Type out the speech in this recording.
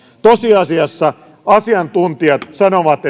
tosiasiassa asiantuntijat sanovat